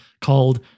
called